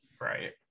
Right